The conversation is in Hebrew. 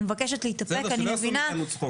אני מבקשת, חה"כ כץ.